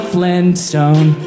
Flintstone